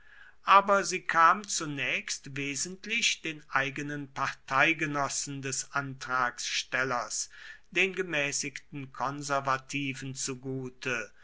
aber sie kam zunächst wesentlich den eigenen parteigenossen des antragstellers den gemäßigten konservativen zugute